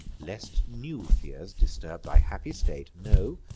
lest new fears disturb thy happy state, know,